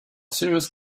serious